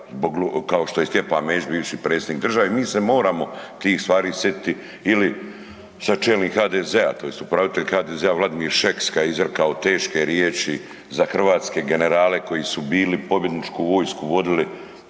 kao što je Stjepan Mesić, bivši Predsjednik države, mi se moramo tih stvari sjetiti ili sad čelnik HDZ-a tj. upravitelj HDZ-a Vladimir Šeks kad je izrekao teške riječi za hrvatske generale koji su bili pobjedničku vojsku vodili,